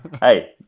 Hey